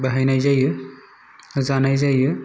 बाहायनाय जायो जानाय जायो